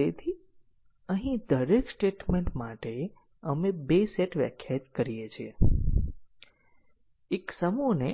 તેથી જો આપણે McCabeનું મેટ્રિક જાણીએ છીએ તો આપણે